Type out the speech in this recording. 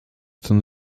ten